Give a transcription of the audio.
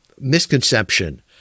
misconception